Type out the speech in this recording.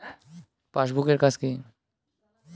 Passbook এর কাজ কি?